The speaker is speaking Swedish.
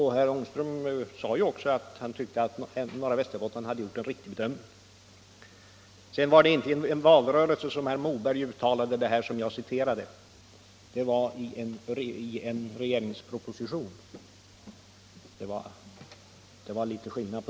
Herr Ångström sade också att han tyckte att Norra Västerbotten hade gjort en riktig bedömning. Vidare var det inte i en valrörelse som herr Moberg uttalade det som jag citerade, utan det var i en regeringsproposition, och det är litet skillnad.